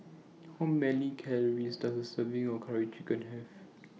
How Many Calories Does A Serving of Curry Chicken Have